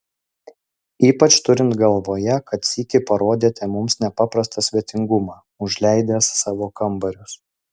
ypač turint galvoje kad sykį parodėte mums nepaprastą svetingumą užleidęs savo kambarius